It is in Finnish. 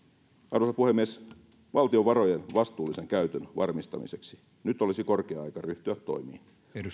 arvoisa puhemies valtion varojen vastuullisen käytön varmistamiseksi nyt olisi korkea aika ryhtyä toimiin